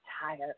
Tired